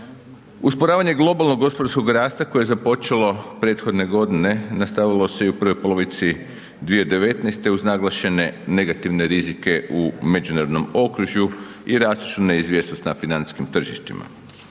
Usporavanje globalnog gospodarskog rasta koje je započelo prethodne godine nastavilo se i u prvoj polovici 2019. uz naglašene negativne rizike u međunarodnom okružju i rastuću neizvjesnost na financijskim tržištima.